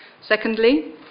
Secondly